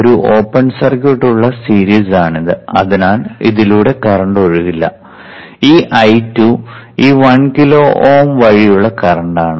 ഒരു open circuit ഉള്ള series ആണത് അതിനാൽ ഇതിലൂടെ കറന്റ് ഒഴുകുന്നില്ല ഈ I2 ഈ 1 കിലോ Ω വഴിയുള്ള കറന്റാണ്